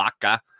Laka